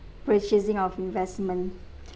purchasing of investment